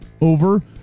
over